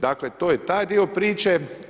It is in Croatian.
Dakle, to je taj dio priče.